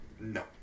No